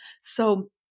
So-